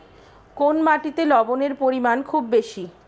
কোন মাটিতে লবণের পরিমাণ খুব বেশি?